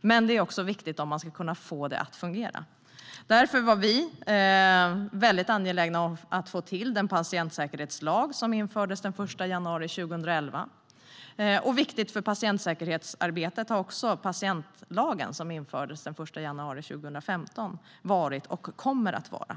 Men det är också viktigt om man ska kunna få det att fungera. Därför var vi mycket angelägna om att få till den patientsäkerhetslag som infördes den 1 januari 2011. Viktigt för patientsäkerhetsarbetet var också patientlagen, som infördes den 1 januari 2015, och det kommer den också att vara.